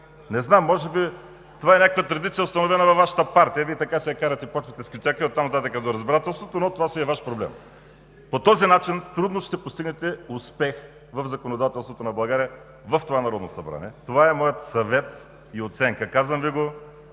Не знам, може би това е някаква традиция, установена от Вашата партия. Вие така си я карате, почвате с кютека и оттам нататък до разбирателството, но това си е Ваш проблем. По този начин трудно ще постигнете успех в законодателството на България в това Народно събрание. Това е моят съвет и оценка. Казвам Ви го,